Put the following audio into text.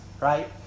right